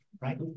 Right